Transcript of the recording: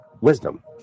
wisdom